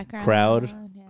crowd